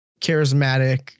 charismatic